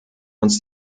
uns